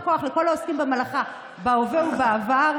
יישר כוח לכל העוסקים במלאכה בהווה ובעבר.